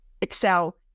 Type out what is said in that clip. excel